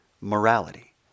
morality